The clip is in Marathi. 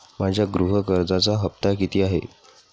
माझ्या गृह कर्जाचा हफ्ता किती आहे?